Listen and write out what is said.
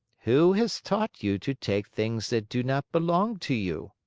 who has taught you to take things that do not belong to you?